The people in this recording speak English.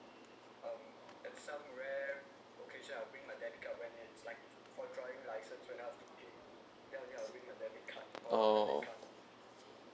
orh